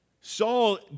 Saul